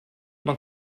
man